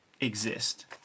exist